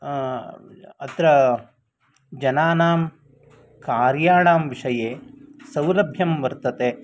अत्र जनानां कार्याणां विषये सौलभ्यं वर्तते